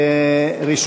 מס'